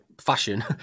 fashion